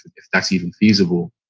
if that's even feasible.